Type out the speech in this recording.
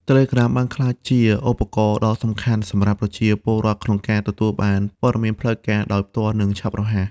Telegram បានក្លាយជាឧបករណ៍ដ៏សំខាន់សម្រាប់ប្រជាពលរដ្ឋក្នុងការទទួលបាន ព័ត៌មានផ្លូវការ ដោយផ្ទាល់ និងឆាប់រហ័ស។